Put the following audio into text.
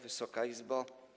Wysoka Izbo!